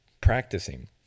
practicing